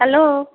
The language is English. hello